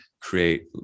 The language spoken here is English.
create